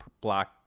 black